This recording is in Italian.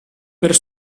per